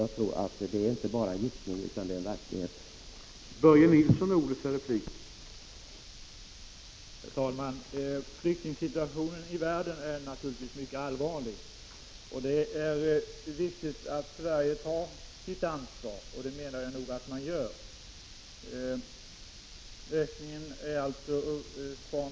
Jag menar att detta inte bara är en gissning utan att det är fråga om ett verkligt behov.